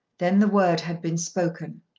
then the word had been spoken.